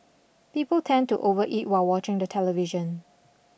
people tend to overeat while watching the television